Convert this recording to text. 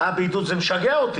הבידוד זה משגע אותי.